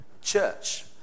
church